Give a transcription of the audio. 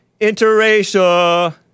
interracial